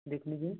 देख लीजिए